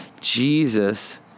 Jesus